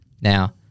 now